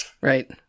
Right